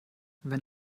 wenn